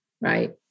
right